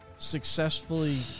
successfully